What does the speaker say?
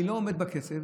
אני לא עומד בקצב,